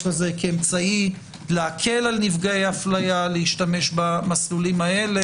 הזה כאמצעי להקל על נפגעי אפליה להשתמש במסלולים האלה.